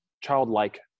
childlike